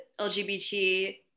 LGBT